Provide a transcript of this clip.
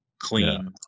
clean